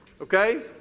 Okay